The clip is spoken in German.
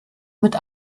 mit